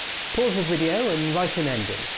pause the video and write an ending.